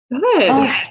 Good